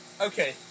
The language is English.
Okay